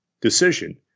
decision